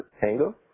tango